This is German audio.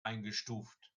eingestuft